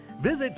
Visit